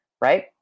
Right